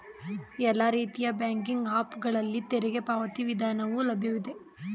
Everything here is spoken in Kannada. ಎಲ್ಲಾ ರೀತಿಯ ಬ್ಯಾಂಕಿಂಗ್ ಆಪ್ ಗಳಲ್ಲಿ ತೆರಿಗೆ ಪಾವತಿ ವಿಧಾನವು ಲಭ್ಯವಿದೆ